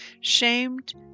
Shamed